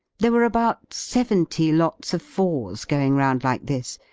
there were about seventy lots of fours going round like this,